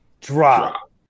drop